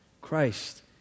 Christ